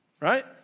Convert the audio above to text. Right